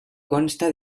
consta